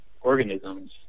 organisms